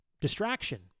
distraction